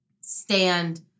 stand